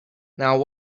now